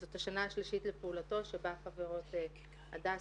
זאת השנה השלישית לפעולתו ובו חברות הדס,